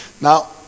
now